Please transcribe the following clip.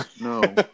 no